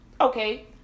okay